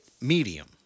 medium